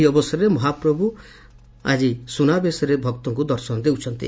ଏହି ଅବସରରେ ମହାପ୍ରଭୁ ଆଜି ସୁନାବେଶରେ ଭକ୍ତଙ୍କୁ ଦର୍ଶନ ଦେଉଛନ୍ତି